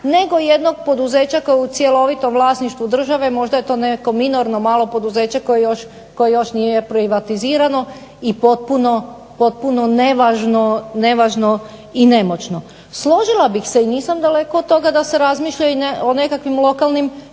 nego jednog poduzeća koje je u cjelovitom vlasništvu države. Možda je to nekako minorno malo poduzeće koje još nije privatizirano i potpuno nevažno i nemoćno. Složila bih se i nisam daleko od toga da se razmišlja i o nekakvim lokalnim